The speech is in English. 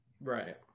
right